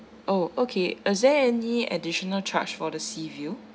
oh okay is there any additional charge for the sea view